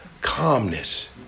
calmness